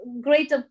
great